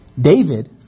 David